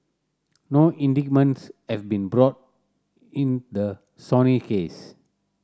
no indictments have been brought in the Sony case